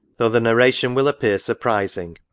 though the narration will appear surprising,